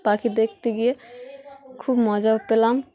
পাখি দেখতে গিয়ে খুব মজাও পেলাম